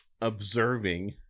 observing